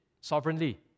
sovereignly